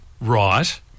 Right